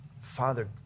Father